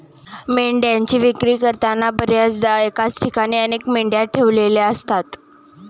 मेंढ्यांची विक्री करताना बर्याचदा एकाच ठिकाणी अनेक मेंढ्या ठेवलेल्या असतात